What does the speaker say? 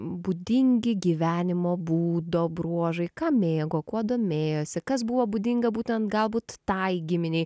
būdingi gyvenimo būdo bruožai ką mėgo kuo domėjosi kas buvo būdinga būtent galbūt tai giminei